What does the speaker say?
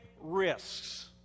risks